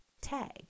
tag